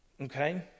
Okay